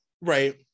Right